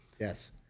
yes